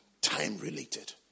Time-related